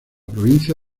provincia